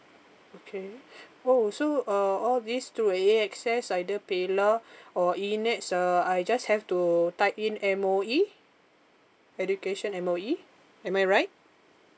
okay oh so uh all these two way access either paylah or E nets uh I just have to type in M_O_E education M_O_E am I right